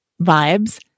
Vibes